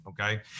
okay